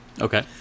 Okay